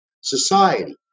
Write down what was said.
society